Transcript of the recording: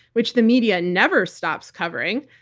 which the media never stops covering,